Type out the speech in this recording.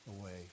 away